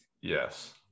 Yes